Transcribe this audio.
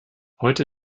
heute